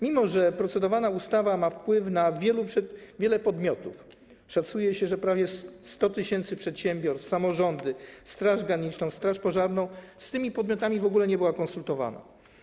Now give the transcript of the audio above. Mimo że procedowana ustawa ma wpływ na wiele podmiotów, szacuje się, że z prawie 100 tys. przedsiębiorstw, samorządami, Strażą Graniczną, strażą pożarną, z tymi podmiotami w ogóle nie była konsultowana.